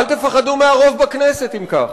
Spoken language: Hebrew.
אל תפחדו מהרוב בכנסת אם כך.